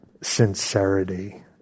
sincerity